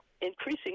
increasing